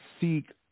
seek